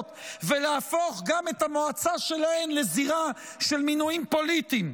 ולהפוך גם את המועצה שלהן לזירה של מינויים פוליטיים,